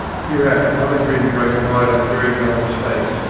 hereat another grin broke wide on jerry gullen's face,